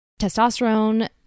testosterone